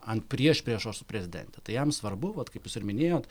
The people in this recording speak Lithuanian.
ant priešpriešos su prezidente tai jam svarbu vat kaip jūs ir minėjot